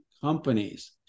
companies